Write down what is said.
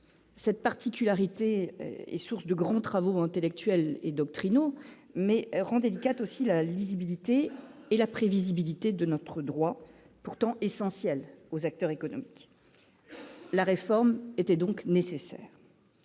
cette particularité est source de grands travaux intellectuels et doctrinaux mais rend délicate aussi la lisibilité et la prévisibilité de notre droit, pourtant essentielle aux acteurs économiques, la réforme était donc nécessaire,